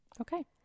Okay